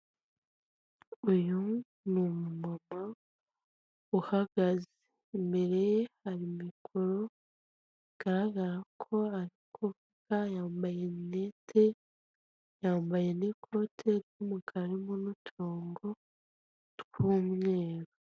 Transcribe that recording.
Uyu ni umumama uhagaze, imbere ye hari mikoro bigaragara ko ari kuvuga, yambaye rinete, yambaye n'ikote ry'umukara ririmo n'uturongo tw'umweru.